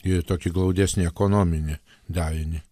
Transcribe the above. į tokį glaudesnį ekonominį darinį